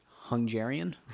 Hungarian